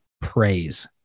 praise